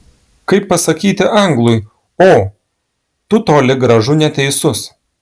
kaip pasakyti anglui o tu toli gražu neteisus